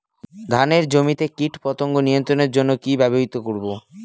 ধানের জমিতে কীটপতঙ্গ নিয়ন্ত্রণের জন্য কি ব্যবহৃত করব?